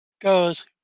goes